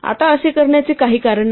आता असे करण्याचे काही कारण नाही